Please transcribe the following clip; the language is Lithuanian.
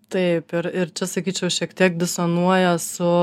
taip ir ir čia sakyčiau šiek tiek disonuoja su